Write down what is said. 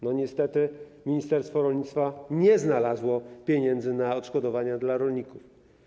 Niestety ministerstwo rolnictwa nie znalazło pieniędzy na odszkodowania dla rolników.